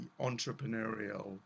entrepreneurial